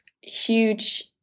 huge